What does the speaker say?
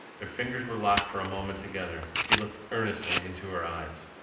their fingers were locked for a moment together. he looked earnestly into her eyes.